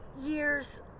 years